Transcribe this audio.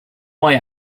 why